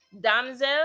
Damsel